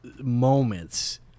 moments